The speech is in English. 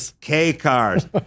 K-cars